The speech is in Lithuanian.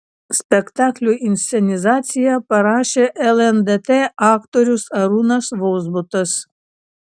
spektakliui inscenizaciją parašė lndt aktorius arūnas vozbutas